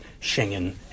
Schengen